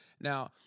Now